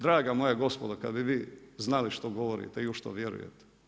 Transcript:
Draga moja gospodo, kada bi vi znali što govorite i u što vjerujete.